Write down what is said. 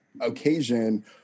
occasion